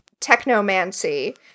technomancy